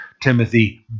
Timothy